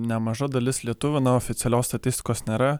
nemaža dalis lietuvių na oficialios statistikos nėra